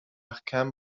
رختکن